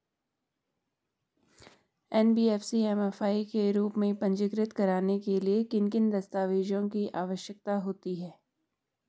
NBFC MFI के रूप में पंजीकृत कराने के लिए किन किन दस्तावेज़ों की आवश्यकता होती है?